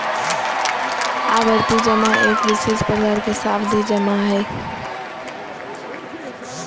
आवर्ती जमा एक विशेष प्रकार के सावधि जमा हइ